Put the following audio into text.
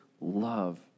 love